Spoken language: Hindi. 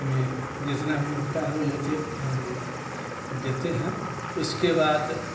में जितना भी होता है लेते हम देते हैं उसके बाद